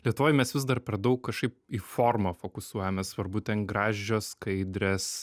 lietuvoj mes vis dar per daug kažkaip į formą fokusuojame svarbu ten gražios skaidrės